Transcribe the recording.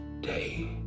day